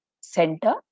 center